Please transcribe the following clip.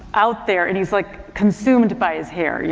out there and he's like consumed by his hair. you